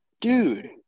dude